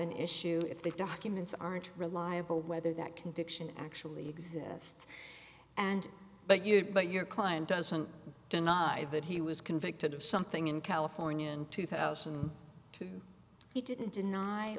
an issue if the documents aren't reliable whether that conviction actually exists and but you but your client doesn't deny that he was convicted of something in california in two thousand and two he didn't